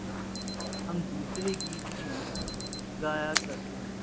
ہم دوسرے گیت بھی گایا کرتے ہیں